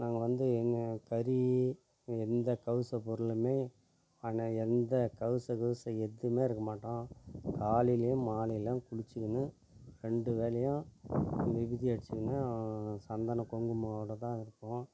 நாங்கள் வந்து இந்த கறி எந்த கவிசப் பொருளுமே ஆனால் எந்த கவுச கிவுசு எதுவுமே எடுக்கமாட்டோம் காலையிலேயும் மாலையிலேயும் குளிச்சிக்கின்னு ரெண்டு வேலையும் விபூதி அடிச்சின்னு சந்தனம் குங்குமவோடு தான் இருப்போம்